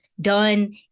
done